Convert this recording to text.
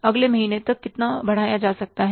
अगले महीने तक कितना बढ़ाया जा सकता है